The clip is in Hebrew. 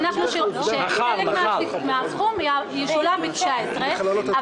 הנחנו שחלק מהסכום ישולם ב-2019,